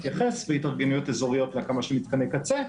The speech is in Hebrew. והתארגנויות אזוריות להקמה של מתקני קצה.